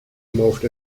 morphed